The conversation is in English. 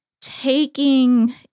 taking